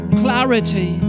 clarity